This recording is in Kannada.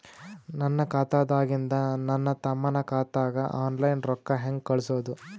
ನನ್ನ ಖಾತಾದಾಗಿಂದ ನನ್ನ ತಮ್ಮನ ಖಾತಾಗ ಆನ್ಲೈನ್ ರೊಕ್ಕ ಹೇಂಗ ಕಳಸೋದು?